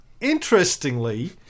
Interestingly